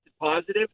positive